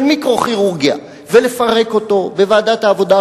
מיקרו-כירורגיה ולפרק אותו בוועדת העבודה,